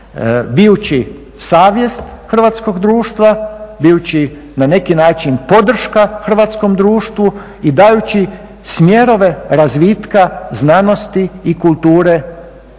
bijući svijest hrvatskog društva, bijući na neki način podrška hrvatskom društvu i dajući smjerove razvitka znanosti i kulture u hrvatskom